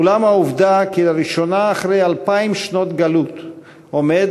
אולם העובדה שלראשונה אחרי אלפיים שנות גלות עומד